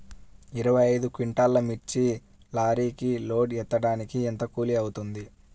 ఇరవై ఐదు క్వింటాల్లు మిర్చి లారీకి లోడ్ ఎత్తడానికి ఎంత కూలి అవుతుంది?